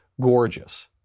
gorgeous